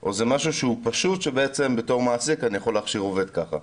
או שזה משהו שהוא פשוט שבתור מעסיק אני יכול להכשיר כך עובד?